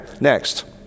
Next